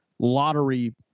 Lottery